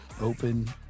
open